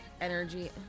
energy